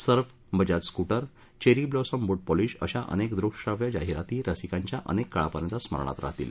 Surf Bajaj scooters cherry blossom boot polish अशा अनेक दृक्शाव्य जाहिराती रसिकांच्या अनेक काळापर्यंत स्मरणात राहतील